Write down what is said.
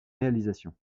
réalisation